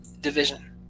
division